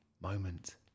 moment